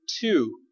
two